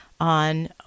on